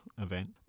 event